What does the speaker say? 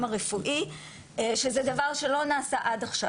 הרפואי שזה דבר שלא נעשה עד עכשיו.